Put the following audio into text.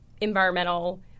Environmental